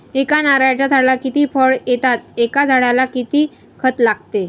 एका नारळाच्या झाडाला किती फळ येतात? एका झाडाला किती खत लागते?